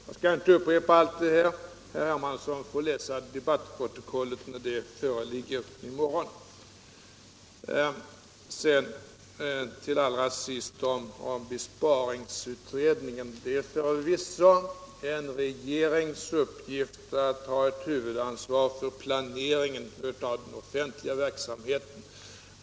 Jag skall inte upprepa allt det här — herr Hermansson får läsa debattprotokollet när det föreligger i morgon. Allra sist om besparingsutredningen. Det är förvisso regeringens uppgift att ha huvudansvaret för planeringen av den offentliga verksamheten.